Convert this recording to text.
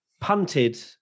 punted